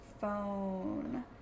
Phone